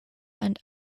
and